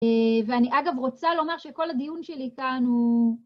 אה... ואני, אגב, רוצה לומר שכל הדיון שלי כאן הוא...